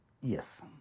yes